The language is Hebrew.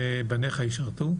ובניך ישרתו?